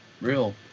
real